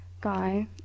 Guy